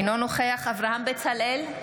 אינו נוכח אברהם בצלאל,